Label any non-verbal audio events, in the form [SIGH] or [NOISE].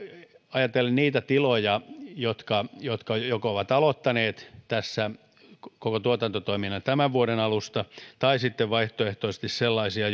ajatellen niitä tiloja jotka jotka joko ovat aloittaneet koko tuotantotoiminnan tämän vuoden alusta tai sitten vaihtoehtoisesti sellaisia [UNINTELLIGIBLE]